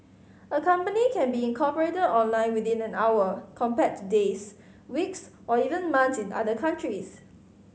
a company can be incorporated online within an hour compared to days weeks or even months in other countries